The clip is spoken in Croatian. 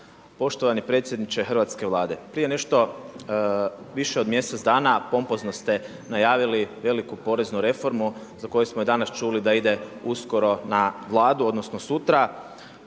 Poštovani predsjedniče hrvatske Vlade. Prije nešto više od mj. dana pompozno ste najavili veliku poreznu reformu za koju smo danas čuli da ide uskoro na Vladu odnosno sutra.